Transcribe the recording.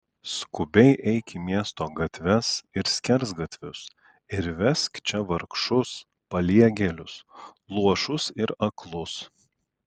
skubiai eik į miesto gatves ir skersgatvius ir vesk čia vargšus paliegėlius luošus ir aklus